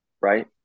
right